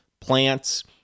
plants